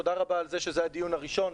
תודה רבה על זה שזה הדיון הראשון,